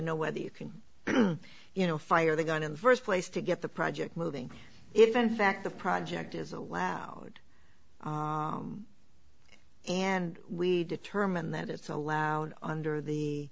know whether you can you know fire the gun in the first place to get the project moving if in fact the project is allowed and we determine that it's allowed under the